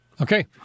Okay